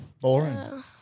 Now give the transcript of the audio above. Boring